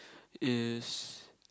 is